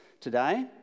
today